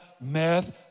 meth